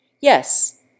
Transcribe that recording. Yes